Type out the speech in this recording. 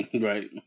Right